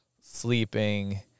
sleeping